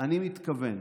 אני מתכוון